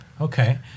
Okay